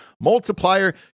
multiplier